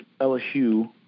LSU